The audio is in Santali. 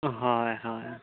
ᱦᱳᱭ ᱦᱳᱭ